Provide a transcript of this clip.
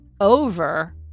over